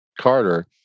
Carter